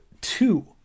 two